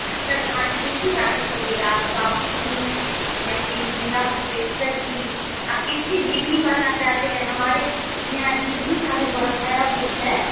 अच्छा कहानी किसकी कहानी पढ़िएगा आप बापू की या फिर भीमराव अम्बेडकर की आप किसकी जीवनी पढ़ना चाहते हैं हमारे यहाँ जीवनी का भी बहुत सारा बुक है